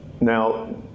Now